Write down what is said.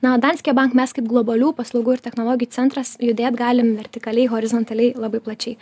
na o danske bank mes kaip globalių paslaugų ir technologijų centras judėt galima vertikaliai horizontaliai labai plačiai